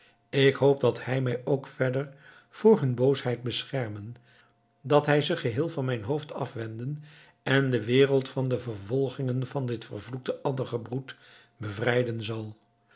ik hoop dat hij mij ook verder voor hun boosheid beschermen dat hij ze geheel van mijn hoofd afwenden en de wereld van de vervolgingen van dit vervloekte adderengebroed bevrijden zal